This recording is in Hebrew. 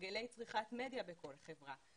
הרגלי צריכת מדיה בכל חברה,